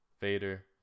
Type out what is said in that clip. Vader